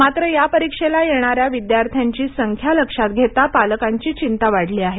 मात्र या परीक्षेला येणाऱ्या विद्यार्थ्यांची संख्या लक्षात घेता पालकांची चिंता वाढली आहे